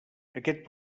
aquest